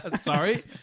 Sorry